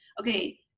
okay